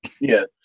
yes